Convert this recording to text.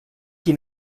qui